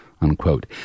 unquote